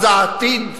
אז העתיד,